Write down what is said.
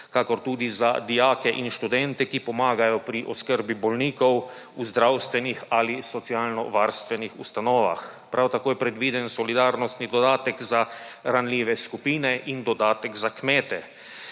kakor tudi za dijake in študente, ki pomagajo pri oskrbi bolnikov v zdravstvenih ali socialnovarstvenih ustanovah. Prav tako je predviden solidarnostni dodatek za ranljive skupine in dodatek za kmete.